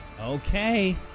Okay